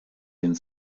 den